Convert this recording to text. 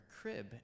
crib